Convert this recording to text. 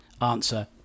Answer